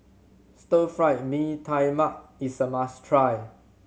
Stir Fry Mee Tai Mak is a must try